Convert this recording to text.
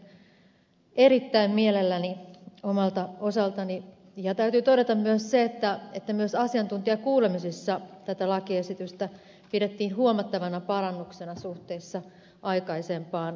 hyväksyn sen erittäin mielelläni omalta osaltani ja täytyy todeta myös se että myös asiantuntijakuulemisessa tätä lakiesitystä pidettiin huomattavana parannuksena suhteessa aikaisempaan tilanteeseen